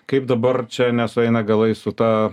kaip dabar čia nesueina galai su ta